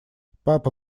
папа